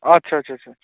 আচ্ছা আচ্ছা আচ্ছা